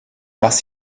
was